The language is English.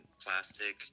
plastic